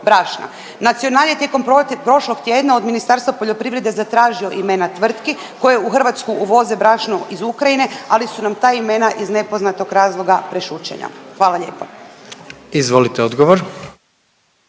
Nacional je tijekom prošlog tjedna od Ministarstva poljoprivrede zatražio imena tvrtki koje u Hrvatsku uvoze brašno iz Ukrajine, ali su nam ta imena iz nepoznatog razloga prešućena. Hvala lijepa. **Jandroković,